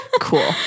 cool